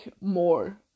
more